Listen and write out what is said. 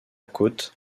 côte